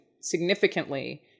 significantly